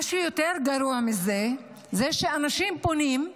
מה שיותר גרוע מזה זה שאנשים פונים,